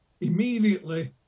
immediately